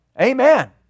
Amen